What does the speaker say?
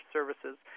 Services